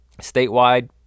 statewide